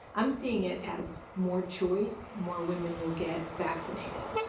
i'm seeing it as more choice, more women will get vaccinated.